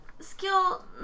skill